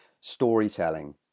storytelling